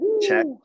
check